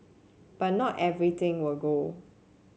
but not everything will go